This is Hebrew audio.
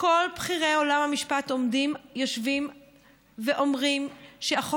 כל בכירי עולם המשפט יושבים ואומרים שהחוק